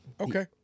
Okay